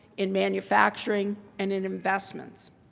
in manufacturing and in investments,